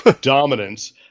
dominance